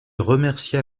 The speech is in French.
remercia